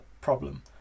problem